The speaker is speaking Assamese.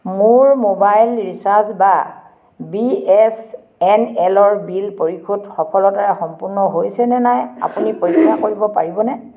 মোৰ মোবাইল ৰিচাৰ্জ বা বি এছ এন এল ৰ বিল পৰিশোধ সফলতাৰে সম্পূৰ্ণ হৈছে নে নাই আপুনি পৰীক্ষা কৰিব পাৰিবনে